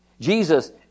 Jesus